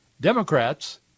Democrats